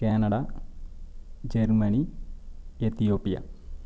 Canada Germany Ethiopia